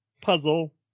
puzzle